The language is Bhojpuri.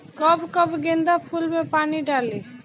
कब कब गेंदा फुल में पानी डाली?